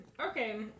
Okay